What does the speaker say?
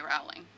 Rowling